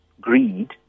greed